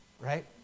right